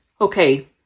Okay